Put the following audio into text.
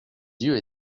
yeux